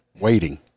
waiting